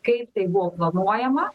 kaip tai buvo planuojama